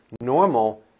normal